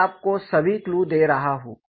मैं आपको सभी क्लू दे रहा हूं